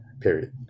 period